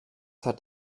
hat